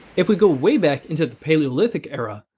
if we go way back into the paleolithic era,